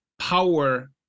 power